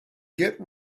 get